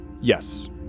Yes